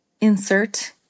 insert